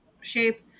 shape